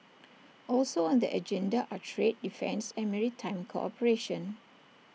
also on the agenda are trade defence and maritime cooperation